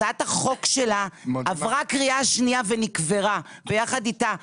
הצעת החוק שלה עברה קריאה שנייה ונקברה ביחד איתה.